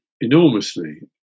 enormously